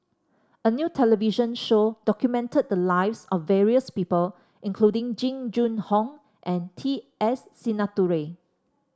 a new television show documented the lives of various people including Jing Jun Hong and T S Sinnathuray